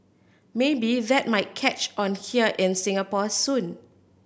maybe that might catch on here in Singapore soon